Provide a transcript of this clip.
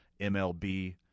MLB